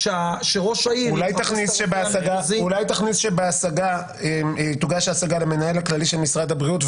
שראש העיר --- אולי תכניס שתוגש השגה למנהל הכללי של משרד הבריאות,